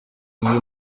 iyi